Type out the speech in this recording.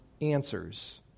answers